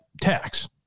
tax